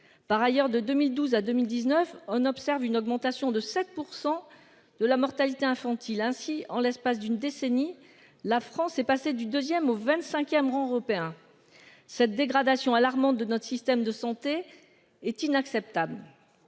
par ailleurs de 2012 à 2019, on observe une augmentation de 7% de la mortalité infantile ainsi en l'espace d'une décennie. La France est passée du 2ème au 25ème rang européen. Cette dégradation alarmante de notre système de santé est inacceptable.